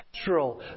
natural